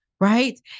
right